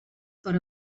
per